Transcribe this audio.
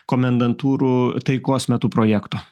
komendantūrų taikos metu projekto